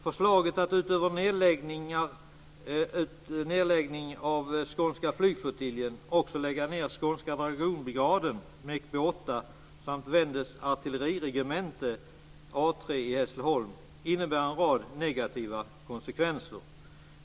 Förslaget att utöver nedläggning av Skånska flygflottiljen också lägga ned skånska dragonbrigaden, MekB 8, samt Wendes artilleriregemente, A 3, i Hässleholm innebär en rad negativa konsekvenser.